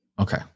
Okay